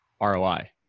ROI